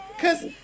Cause